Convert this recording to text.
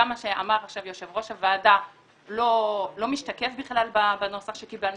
גם מה שאמר עכשיו יושב-ראש הוועדה לא משתקף בכלל בנוסח שקיבלנו.